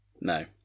No